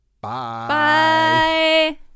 bye